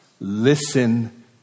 Listen